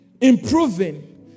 improving